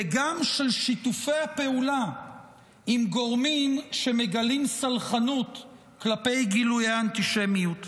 וגם של שיתופי הפעולה עם גורמים שמגלים סלחנות כלפי גילויי אנטישמיות.